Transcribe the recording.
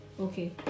Okay